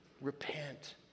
Repent